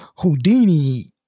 Houdini